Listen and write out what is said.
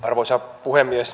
arvoisa puhemies